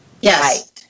Yes